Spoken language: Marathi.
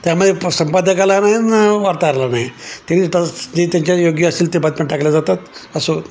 त्यामुळे प संपादकाला नाही न वार्ताहाराला नाही ते तर जे त्यांच्या योग्य असेल ते बातम्या टाकल्या जातात असो